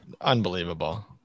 Unbelievable